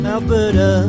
Alberta